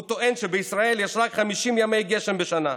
הוא טוען שבישראל יש רק 50 ימי גשם בשנה.